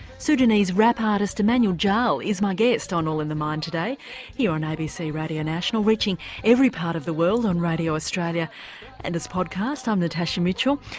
sudanese rap artist emmanuel jal is my guest on all in the mind today here on abc radio national reaching every part of the world on radio australia and as podcast, i'm natasha mitchell.